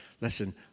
listen